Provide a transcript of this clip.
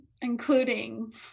including